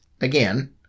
again